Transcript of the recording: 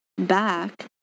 Back